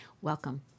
Welcome